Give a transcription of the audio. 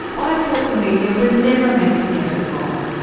i thought the media were never meant to get it wrong.